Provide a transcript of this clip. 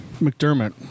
McDermott